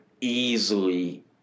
Easily